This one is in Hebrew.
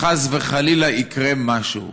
חס וחלילה, שיקרה משהו.